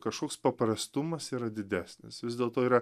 kašoks paprastumas yra didesnis vis dėlto yra